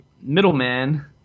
middleman